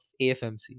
AFMC